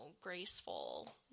graceful